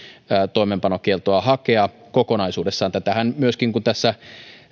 toimeenpanokieltoa hakea kokonaisuudessaan sitähän myöskin tässä